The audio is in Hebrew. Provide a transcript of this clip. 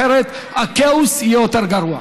אחרת הכאוס יהיה יותר גרוע.